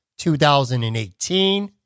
2018